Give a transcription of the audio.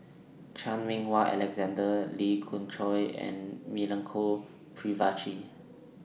Chan Meng Wah Alexander Lee Khoon Choy and Milenko Prvacki